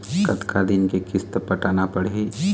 कतका दिन के किस्त पटाना पड़ही?